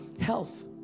health